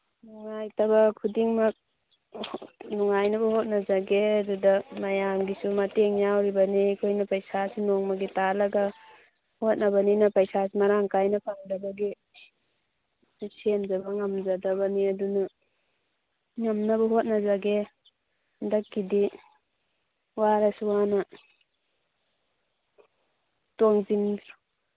ꯅꯨꯡꯉꯥꯏꯇꯕ ꯈꯨꯗꯤꯡꯃꯛ ꯅꯨꯡꯉꯥꯏꯅꯕ ꯍꯣꯠꯅꯖꯒꯦ ꯑꯗꯨꯗ ꯃꯌꯥꯝꯒꯤꯁꯨ ꯃꯇꯦꯡ ꯌꯥꯎꯔꯤꯕꯅꯤ ꯑꯩꯈꯣꯏꯅ ꯄꯩꯁꯥꯁꯤ ꯅꯣꯡꯃꯒꯤ ꯇꯥꯜꯂꯒ ꯍꯣꯠꯅꯕꯅꯤꯅ ꯄꯩꯁꯥ ꯃꯔꯥꯡ ꯀꯥꯏꯅ ꯐꯪꯗꯕꯒꯤ ꯁꯦꯝꯖꯕ ꯉꯝꯖꯗꯕꯅꯤ ꯑꯗꯨꯅ ꯉꯝꯅꯕ ꯍꯣꯠꯅꯖꯒꯦ ꯍꯟꯗꯛꯀꯤꯗꯤ ꯋꯥꯔꯁꯨ ꯋꯥꯅ ꯇꯣꯡꯁꯤꯟꯕꯤꯔꯣ